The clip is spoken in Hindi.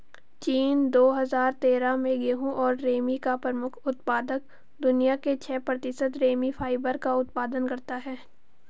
चीन, दो हजार तेरह में गेहूं और रेमी का प्रमुख उत्पादक, दुनिया के छह प्रतिशत रेमी फाइबर का उत्पादन करता है